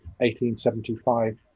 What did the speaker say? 1875